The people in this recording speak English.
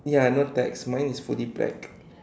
ya no tax mine is fully black